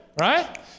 right